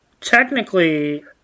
Technically